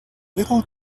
little